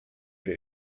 wie